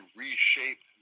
reshape